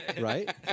Right